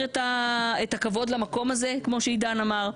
את הכבוד למקום הזה כמו שעידן אמר,